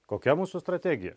kokia mūsų strategija